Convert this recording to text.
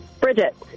Bridget